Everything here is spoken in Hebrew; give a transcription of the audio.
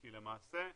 כי למעשה,